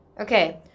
Okay